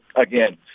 again